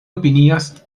opinias